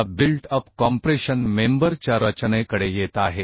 आता built up compression member च्या रचनेकडे येत आहे